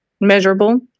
measurable